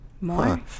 more